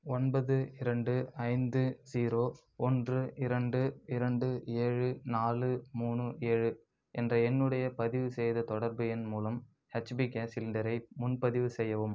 ஒன்பது இரண்டு ஐந்து ஜீரோ ஒன்று இரண்டு இரண்டு ஏழு நாலு மூணு ஏழு என்ற என்னுடைய பதிவு செய்த தொடர்பு எண் மூலம் ஹச்பி கேஸ் சிலிண்டரை முன்பதிவு செய்யவும்